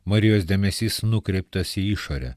marijos dėmesys nukreiptas į išorę